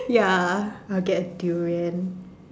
ya I would get durian